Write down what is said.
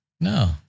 No